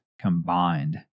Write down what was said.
combined